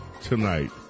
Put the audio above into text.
tonight